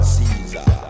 Caesar